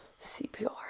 CPR